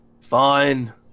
fine